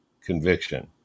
conviction